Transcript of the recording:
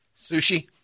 Sushi